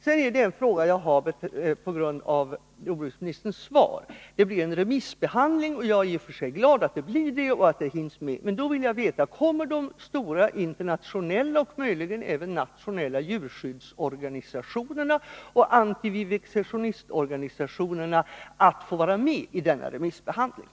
Sedan har jag en fråga att ställa med anledning av jordbruksministerns svar. Det blir en remissbehandling, och jag är i och för sig glad för att så blir fallet. Men då skulle jag vilja veta: Kommer de stora internationella och möjligen även nationella djurskyddsorganisationerna och antivivisektionistorganisationerna att få vara med i denna remissbehandling?